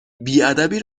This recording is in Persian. بیادبی